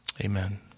Amen